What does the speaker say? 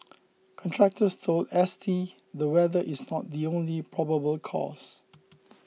contractors told S T the weather is not the only probable cause